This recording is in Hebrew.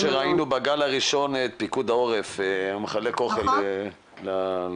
כמו שראינו בגל הראשון את פיקוד העורף שמחלק אוכל לבתים.